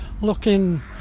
Looking